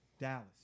dallas